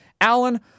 Allen